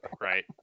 Right